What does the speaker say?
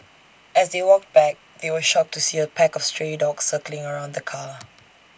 as they walked back they were shocked to see A pack of stray dogs circling around the car